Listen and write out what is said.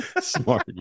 Smart